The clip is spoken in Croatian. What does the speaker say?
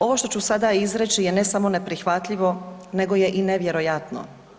Ovo što ću sada izreći je ne samo neprihvatljivo nego je i nevjerojatno.